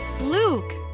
Luke